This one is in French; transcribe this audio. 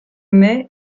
mets